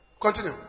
Continue